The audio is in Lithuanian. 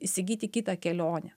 įsigyti kitą kelionę